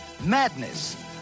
Madness